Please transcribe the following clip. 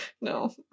No